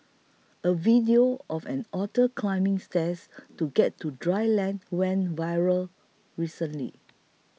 a video of an otter climbing stairs to get to dry land went viral recently